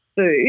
food